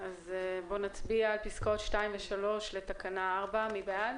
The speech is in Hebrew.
אז נצביע על פסקאות (2) ו-(3) לתקנה 4. מי בעד?